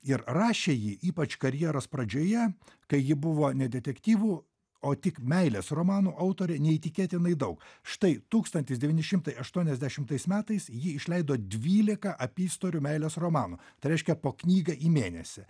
ir rašė ji ypač karjeros pradžioje kai ji buvo ne detektyvų o tik meilės romanų autorė neįtikėtinai daug štai tūkstantis devyni šimtai aštuoniasdešimtais metais ji išleido dvylika apystorių meilės romanų tai reiškia po knygą į mėnesį